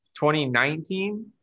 2019